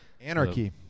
Anarchy